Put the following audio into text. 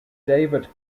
david